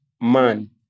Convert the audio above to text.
man